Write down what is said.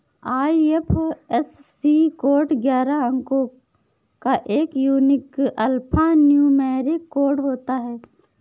IFSC code ग्यारह अंको का एक यूनिक अल्फान्यूमैरिक कोड होता है